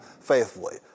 faithfully